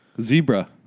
Zebra